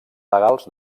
legals